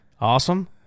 awesome